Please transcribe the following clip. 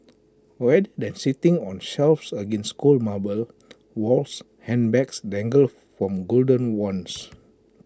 rather than sitting on shelves against cold marble walls handbags dangle from golden wands